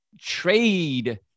trade